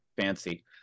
fancy